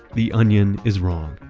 the onion is wrong.